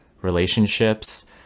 relationships